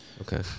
Okay